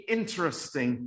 interesting